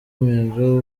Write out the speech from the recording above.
umuyaga